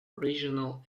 regional